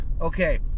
Okay